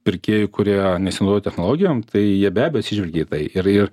pirkėjų kurie nesinaudoja technologijom tai jie be atsižvelgia į tai ir ir